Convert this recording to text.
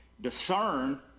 discern